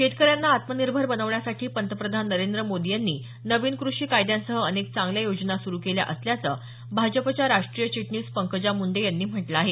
शेतकऱ्यांना आत्मनिर्भर बनवण्यासाठी पंतप्रधान नरेंद्र मोदी यांनी नवीन कृषी कायद्यांसह अनेक चांगल्या योजना सुरू केल्या असल्याचं भाजपच्या राष्टीय चिटणीस पंकजा मुंडे यांनी म्हटलं आहे